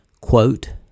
quote